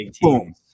boom